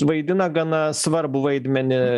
vaidina gana svarbų vaidmenį